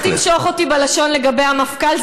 אל תמשוך אותי בלשון לגבי המפכ"ל.